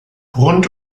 rund